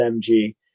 MG